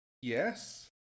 Yes